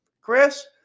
Chris